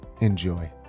Enjoy